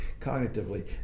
cognitively